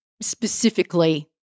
specifically